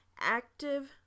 active